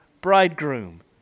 bridegroom